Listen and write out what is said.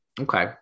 Okay